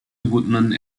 woodland